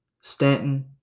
Stanton